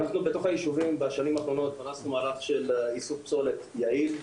אנחנו בתוך הישובים פרסנו בשנים האחרונות פרסנו איסוף פסולת יעיל,